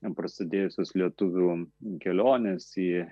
ten prasidėjusios lietuvių kelionės į